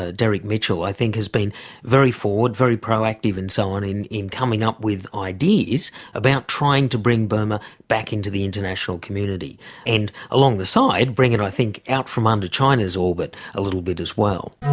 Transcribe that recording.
ah derek mitchell, i think has been very forward, very proactive and so on in in coming up with ideas about trying to bring burma back into the international community and, along the side, bring it i think out from under china's orbit a little bit as well.